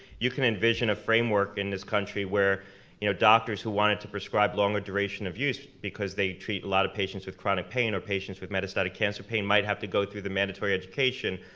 you can envision a framework in this country where you know doctors who wanted to prescribe longer duration of use because they treat a lot of patients with chronic pain or patients with metastatic cancer pain, might have to go through the mandatory education,